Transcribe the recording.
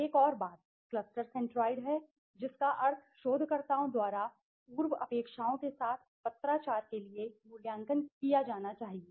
एक और बात क्लस्टर सेंट्रोइड है जिसका अर्थ शोधकर्ताओं द्वारा पूर्व अपेक्षाओं के साथ पत्राचार के लिए मूल्यांकन किया जाना चाहिए